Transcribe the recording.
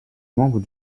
membre